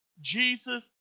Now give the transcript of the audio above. Jesus